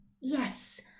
yes